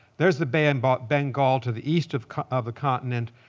there's the but and but bengal to the east of ah the continent.